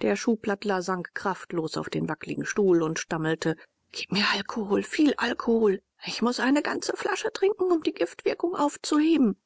der schuhplattler sank kraftlos auf den wackligen stuhl und stammelte gib mir alkohol viel alkohol ich muß eine ganze flasche trinken um die giftwirkung aufzuheben